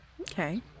Okay